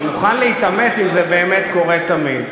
אני מוכן להתעמת אם זה באמת קורה תמיד,